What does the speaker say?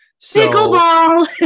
Pickleball